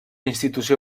institució